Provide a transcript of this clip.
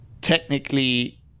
technically